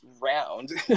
round